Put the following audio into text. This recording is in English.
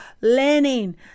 learning